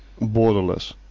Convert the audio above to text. borderless